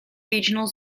regional